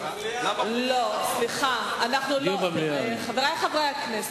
בוועדת, חברי חברי הכנסת,